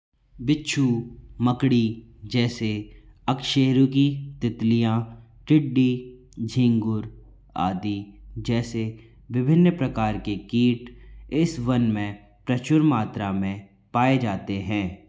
बिच्छू मकड़ी जैसे अकशेरुकी तितलियाँ टिड्डी झींगुर आदि जैसे विभिन्न प्रकार के कीट इस वन में प्रचुर मात्रा में पाए जाते हैं